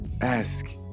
Ask